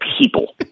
people